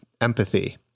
empathy